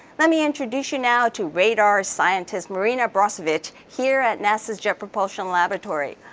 let me introduce you now to radar scientist, marina brozovic, here at nasa's jet propulsion laboratory.